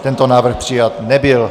Tento návrh přijat nebyl.